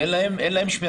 אין להם שמירה,